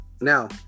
Now